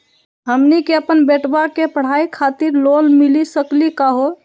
हमनी के अपन बेटवा के पढाई खातीर लोन मिली सकली का हो?